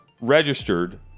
registered